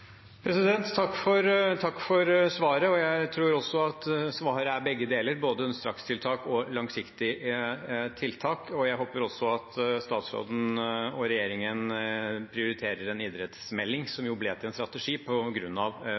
Takk for svaret. Jeg tror også at svaret er begge deler, både strakstiltak og langsiktige tiltak. Jeg håper også at statsråden og regjeringen prioriterer en idrettsmelding, som jo ble til en strategi